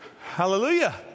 Hallelujah